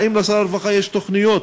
האם לשר הרווחה יש תוכניות